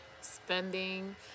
spending